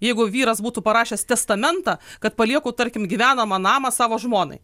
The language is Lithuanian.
jeigu vyras būtų parašęs testamentą kad palieku tarkim gyvenamą namą savo žmonai